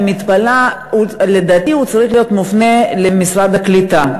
לדעתי צריך להיות מופנה למשרד הקליטה.